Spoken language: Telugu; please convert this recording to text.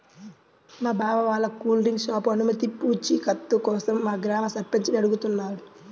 మా బావ వాళ్ళ కూల్ డ్రింక్ షాపు అనుమతి పూచీకత్తు కోసం మా గ్రామ సర్పంచిని అడుగుతున్నాడు